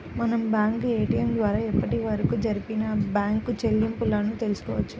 మనం bank ATM ద్వారా అప్పటివరకు జరిపిన బ్యేంకు చెల్లింపులను తెల్సుకోవచ్చు